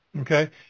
Okay